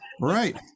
right